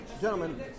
Gentlemen